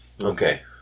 Okay